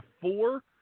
four